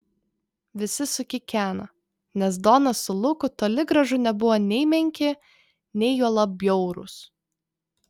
visi sukikeno nes donas su luku toli gražu nebuvo nei menki nei juolab bjaurūs